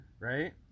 Right